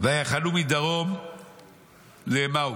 ויחנו מדרום לעמאוס.